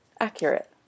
accurate